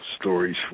stories